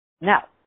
Now